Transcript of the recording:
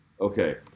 Okay